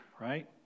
right